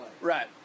Right